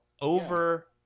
over